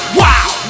wow